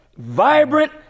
vibrant